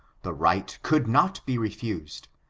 the right could not be refused,